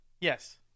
Yes